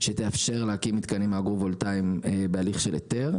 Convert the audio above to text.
שתאפשר להקים מתקנים אגרו-וולטאים בהליך של היתר,